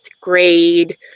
grade